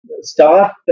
start